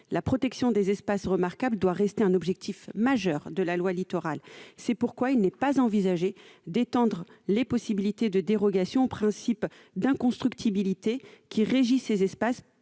La protection des espaces remarquables doit rester un objectif majeur de la loi Littoral. C'est pourquoi il n'est pas envisagé d'étendre les possibilités de dérogation au principe d'inconstructibilité qui régit ces espaces